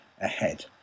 ahead